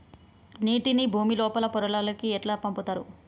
నీటిని భుమి లోపలి పొరలలోకి ఎట్లా పంపుతరు?